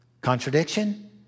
Contradiction